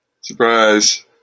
Surprise